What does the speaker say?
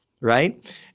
right